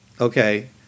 Okay